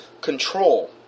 control